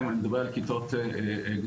אני מדבר על כיתות גדולות,